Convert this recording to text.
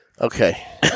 Okay